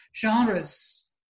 genres